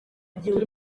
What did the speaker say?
gihe